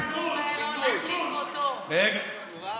פינדרוס, אני מרגיש